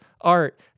art